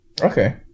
Okay